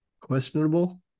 questionable